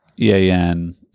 EAN